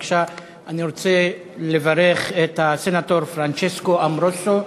אני רוצה לברך את הסנטור פרנצ'סקו אמורוסו,